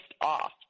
off